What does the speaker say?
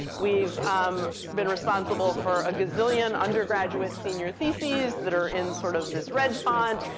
we've um been responsible for a gazillion undergraduate senior theses that are in sort of this red font.